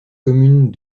commune